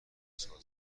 سازمان